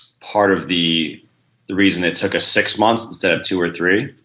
part of the the reason it took ah six months instead of two or three.